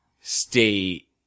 stay